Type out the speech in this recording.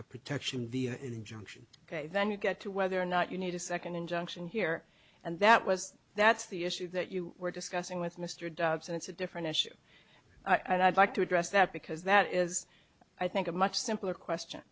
a protection via an injunction ok then you get to whether or not you need a second injunction here and that was that's the issue that you were discussing with mr dobbs and it's a different issue i'd like to address that because that is i think a much simpler question